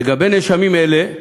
לגבי נאשמים אלה,